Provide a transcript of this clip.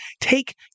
take